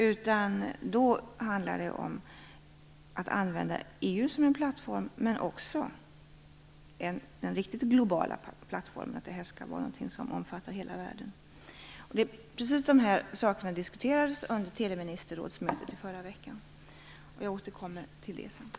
Då handlar det till en del om att använda EU som plattform men också om den riktigt globala plattformen, dvs. att det här skall omfatta hela världen. Precis de här sakerna diskuterades på teleministerrådsmötet i förra veckan. Jag återkommer till det senare.